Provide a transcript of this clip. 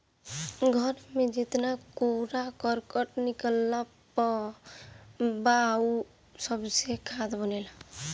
घर में जेतना कूड़ा करकट निकलत बा उ सबसे खाद बनेला